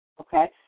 okay